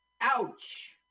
Ouch